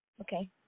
Okay